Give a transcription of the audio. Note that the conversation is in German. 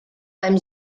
beim